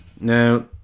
Now